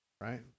right